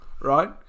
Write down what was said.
right